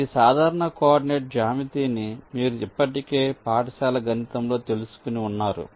మీ సాధారణ కోఆర్డినేట్ జ్యామితిని మీరు ఇప్పటికే పాఠశాల గణితంలో తెలుసుకుని ఉన్నారు